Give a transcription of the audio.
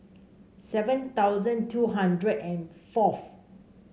seven thousand two hundred and fourth